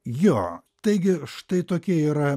jo taigi štai tokie yra